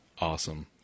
Awesome